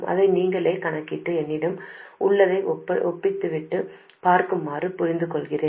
அதை நீங்களே கணக்கிட்டு என்னிடம் உள்ளதை ஒப்பிட்டுப் பார்க்குமாறு பரிந்துரைக்கிறேன்